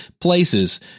places